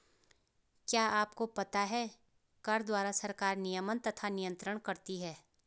क्या आपको पता है कर द्वारा सरकार नियमन तथा नियन्त्रण करती है?